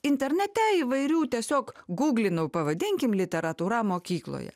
internete įvairių tiesiog guglinau pavadinkim literatūra mokykloje